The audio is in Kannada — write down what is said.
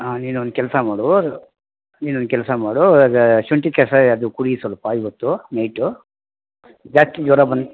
ಹಾಂ ನೀನೊಂದು ಕೆಲಸ ಮಾಡು ನೀನೊಂದು ಕೆಲಸ ಮಾಡು ಶುಂಠಿ ಕಷಾಯ ಅದು ಕುಡಿ ಸ್ವಲ್ಪ ಇವತ್ತು ನೈಟು ಜಾಸ್ತಿ ಜ್ವರ ಬಂದು